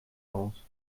aus